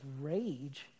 rage